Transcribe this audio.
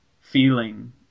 feeling